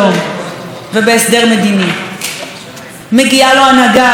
מגיעה לו הנהגה שגם היא רודפת אחרי הדברים האלה